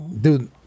Dude